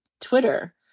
Twitter